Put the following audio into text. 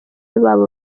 babo